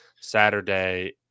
Saturday